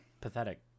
pathetic